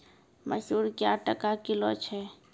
मसूर क्या टका किलो छ?